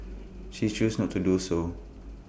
she chose not to do so